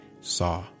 saw